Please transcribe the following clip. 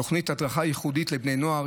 תוכנית הדרכה ייחודית לבני נוער,